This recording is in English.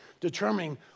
determining